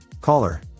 Caller